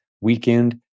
weekend